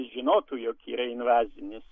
žinotų jog yra invazinis